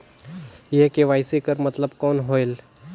ये के.वाई.सी कर मतलब कौन होएल?